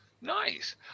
nice